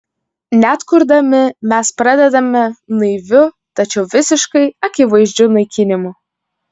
net kurdami mes pradedame naiviu tačiau visiškai akivaizdžiu naikinimu